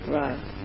right